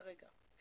כרגע.